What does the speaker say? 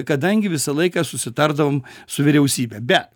kadangi visą laiką susitardavom su vyriausybe bet